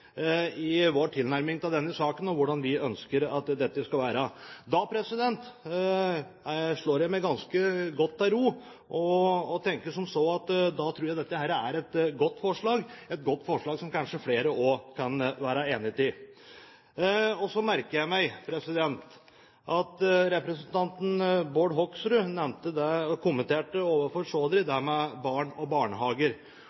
og vår tilnærming til denne saken når det gjelder hvordan vi ønsker at dette skal være. Da slår jeg meg godt til ro og tenker som så at dette er et godt forslag – et godt forslag som kanskje også flere kan være enig i. Så merket jeg meg at representanten Bård Hoksrud hadde en kommentar til Chaudhry om det med barn og